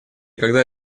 когда